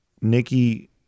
Nikki